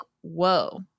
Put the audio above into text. whoa